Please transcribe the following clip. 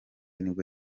nibwo